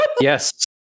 Yes